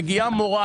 מגיעה מורה,